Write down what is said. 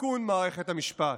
ותיקון מערכת המשפט.